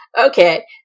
Okay